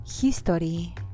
history